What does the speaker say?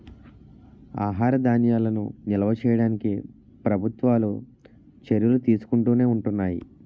ఆహార ధాన్యాలను నిల్వ చేయడానికి ప్రభుత్వాలు చర్యలు తీసుకుంటునే ఉంటున్నాయి